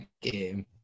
game